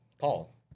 Paul